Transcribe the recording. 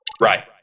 Right